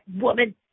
woman